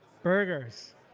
Burgers